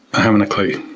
i haven't a clue.